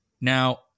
Now